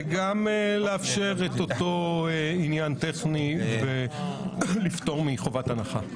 וגם לאפשר את אותו עניין טכני ולפטור מחובת הנחה.